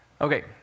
Okay